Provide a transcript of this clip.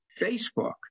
Facebook